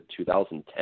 2010